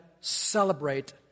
celebrate